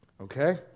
Okay